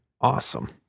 Awesome